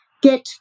get